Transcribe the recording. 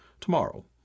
Tomorrow